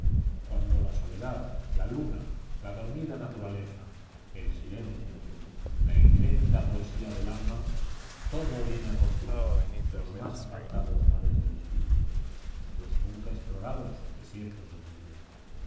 cuando la soledad la luna la dormida naturaleza el silencio la ingénita poesía del alma todo viene a conturbar los más apartados mares del espíritu los nunca explorados desiertos de la idea